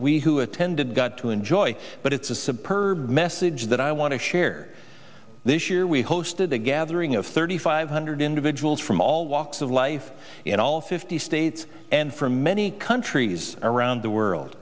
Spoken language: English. we who attended got to enjoy but it's a suburban message that i want to share this year we hosted a gathering of thirty five hundred individuals from all walks of life if in all fifty states and for many countries around the world